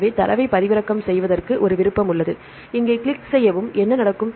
எனவே தரவைப் பதிவிறக்கம் செய்வதற்கு ஒரு விருப்பம் உள்ளது இங்கே கிளிக் செய்யவும் என்ன நடக்கும்